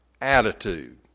attitude